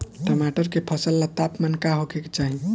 टमाटर के फसल ला तापमान का होखे के चाही?